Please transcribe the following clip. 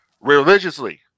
religiously